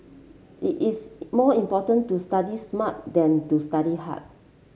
it is more important to study smart than to study hard